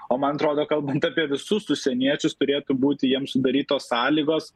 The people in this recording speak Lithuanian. o man atrodo kalbant apie visus užsieniečius turėtų būti jiem sudarytos sąlygos